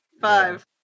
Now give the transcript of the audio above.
Five